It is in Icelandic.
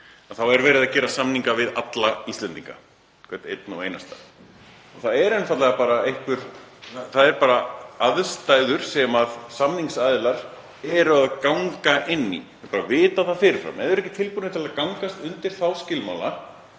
alls verið að gera samninga við alla Íslendinga, hvern einn og einasta. Það eru einfaldlega aðstæður sem samningsaðilar ganga inn í. Menn bara vita það fyrir fram. Ef þeir ekki tilbúnir til að gangast undir þá skilmála